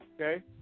okay